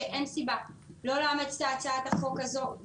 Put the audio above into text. אנחנו חושבים שאין סיבה לא לאמץ את הצעת החוק הזו.